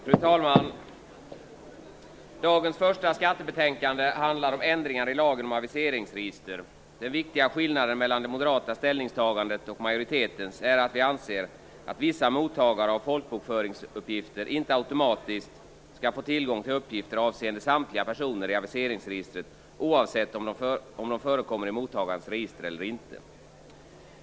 Fru talman! Dagens första skattebetänkande handlar om ändringar i lagen om aviseringsregister. Den viktiga skillnaden mellan det moderata ställningstagandet och majoritetens är att vi moderater anser att vissa mottagare av folkbokföringsuppgifter inte automatiskt skall få tillgång till uppgifter avseende samtliga personer i aviseringsregistret, oavsett om de förekommer i mottagarens register eller inte.